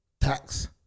tax